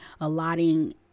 allotting